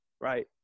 right